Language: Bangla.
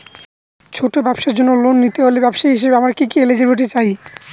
ছোট ব্যবসার জন্য লোন নিতে হলে ব্যবসায়ী হিসেবে আমার কি কি এলিজিবিলিটি চাই?